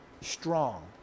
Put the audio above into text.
strong